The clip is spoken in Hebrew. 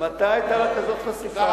מתי היתה לך כזאת חשיפה?